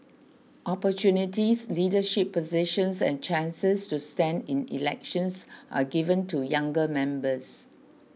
opportunities leadership positions and chances to stand in elections are given to younger members